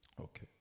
Okay